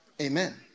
Amen